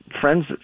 friends